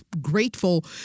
grateful